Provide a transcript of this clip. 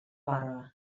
barba